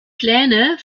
pläne